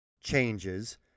changes